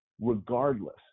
regardless